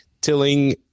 tilling